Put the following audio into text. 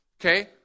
Okay